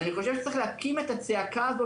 אני חושב שצריך להקים את הצעקה הזאת,